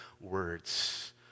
words